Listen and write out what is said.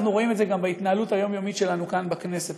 אנחנו רואים את זה בהתנהלות היומיומית שלנו כאן בכנסת.